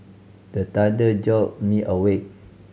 the thunder jolt me awake